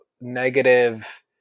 negative